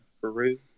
Peru